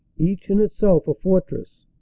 each in itself a fortress,